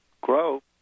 grow